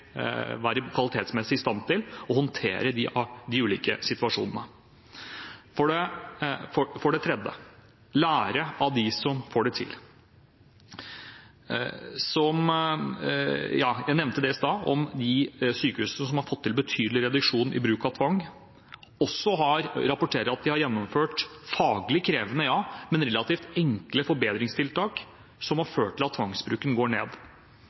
stand til å håndtere de ulike situasjonene. For det tredje må man lære av dem som får det til. Jeg nevnte i stad at de sykehusene som har fått til betydelig reduksjon i bruk av tvang, også rapporterer at de har gjennomført faglig krevende, men relativt enkle forbedringstiltak som har ført til at tvangsbruken går ned.